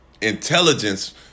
intelligence